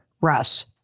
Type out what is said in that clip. russ